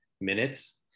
minutes